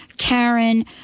karen